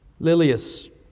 Lilius